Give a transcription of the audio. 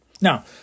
Now